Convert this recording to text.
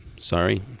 sorry